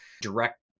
direct